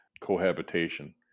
cohabitation